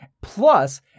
Plus